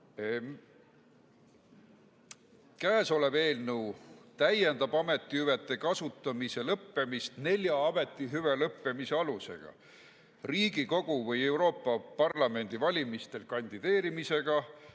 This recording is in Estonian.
Käesolev eelnõu täiendab ametihüvede kasutamise lõppemist nelja ametihüve lõppemise alusega: Riigikogu või Euroopa Parlamendi valimistel kandideerimisega,